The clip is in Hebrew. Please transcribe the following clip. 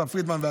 אסף פרידמן,